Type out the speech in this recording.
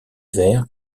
vert